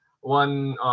one